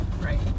Right